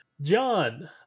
John